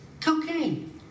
Cocaine